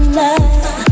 love